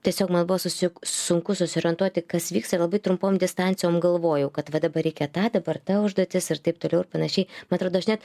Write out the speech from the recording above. tiesiog buvo susiuk sunku susiorientuoti kas vyksta labai trumpom distancijom galvojau kad va dabar reikia tą dabar ta užduotis ir taip toliau ir panašiai vat rodo žinėt